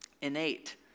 innate